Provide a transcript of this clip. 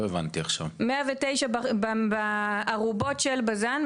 109 בארובות של בזן,